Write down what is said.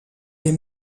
des